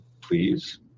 please